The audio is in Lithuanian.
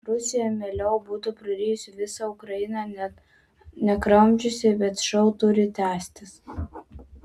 rusija mieliau būtų prarijusi visą ukrainą net nekramčiusi bet šou turi tęstis